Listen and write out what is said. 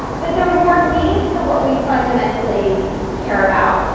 but they're more means to what we fundamentally care about.